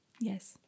Yes